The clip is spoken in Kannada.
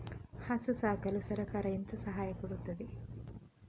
ಹಸು ಸಾಕಲು ಸರಕಾರ ಎಂತ ಸಹಾಯ ಕೊಡುತ್ತದೆ?